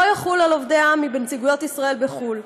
לא יחול על עמ"י בנציגויות ישראל בחו"ל.